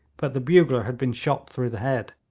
but the bugler had been shot through the head.